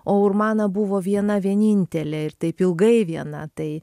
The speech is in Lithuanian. o urmana buvo viena vienintelė ir taip ilgai viena tai